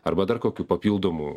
arba dar kokių papildomų